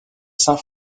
saint